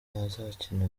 ntazakina